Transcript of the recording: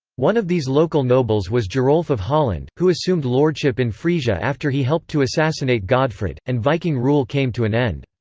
one of these local nobles was gerolf of holland, who assumed lordship in frisia after he helped to assassinate godfrid, and viking rule came to an end.